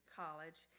college